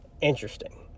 interesting